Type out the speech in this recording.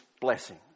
blessing